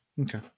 okay